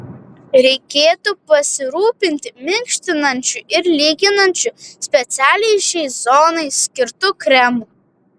reikėtų pasirūpinti minkštinančiu ir lyginančiu specialiai šiai zonai skirtu kremu